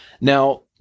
now